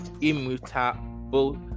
immutable